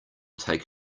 take